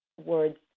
words